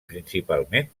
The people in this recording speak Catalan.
principalment